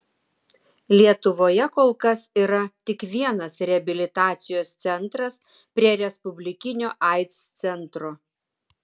lietuvoje kol kas yra tik vienas reabilitacijos centras prie respublikinio aids centro